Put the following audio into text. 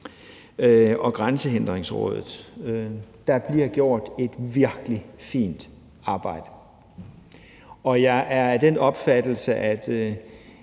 og Grænsehindringsrådet. Der bliver gjort et virkelig fint arbejde, og jeg kan faktisk